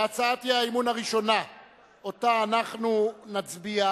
הצעת האי-אמון הראשונה שעליה אנחנו נצביע